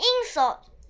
insult